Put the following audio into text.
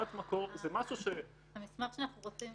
כתב הנאמנות או ההחלטה,